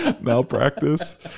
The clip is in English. malpractice